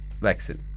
vaccine